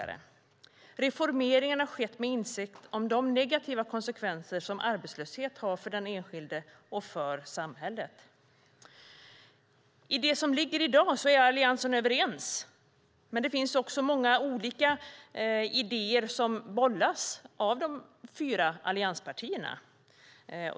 Reformeringen har skett med insikt om de negativa konsekvenser som arbetslöshet har för den enskilde och för samhället. I dag är Alliansen överens, men det finns också olika idéer som bollas mellan de fyra allianspartierna.